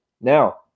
Now